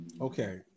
Okay